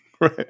right